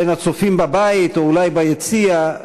בין הצופים בבית או אולי ביציע,